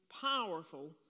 powerful